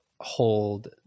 hold